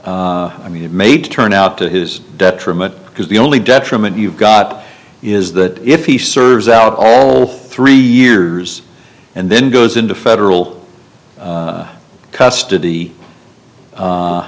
r i mean it may turn out to his detriment because the only detriment you've got is that if he serves out all three years and then goes into federal custody